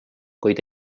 kuid